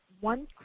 one